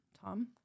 Tom